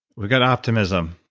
we've got optimism,